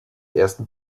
ersten